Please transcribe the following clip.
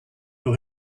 who